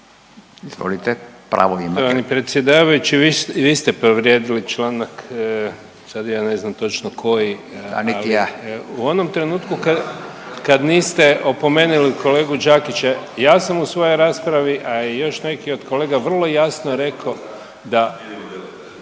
izvolite pravo imate.